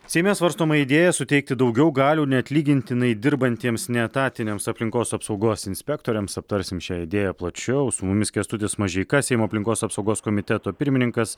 seime svarstoma idėja suteikti daugiau galių neatlygintinai dirbantiems neetatiniams aplinkos apsaugos inspektoriams aptarsim šią idėją plačiau su mumis kęstutis mažeika seimo aplinkos apsaugos komiteto pirmininkas